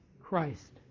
Christ